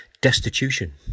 destitution